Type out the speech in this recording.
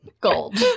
gold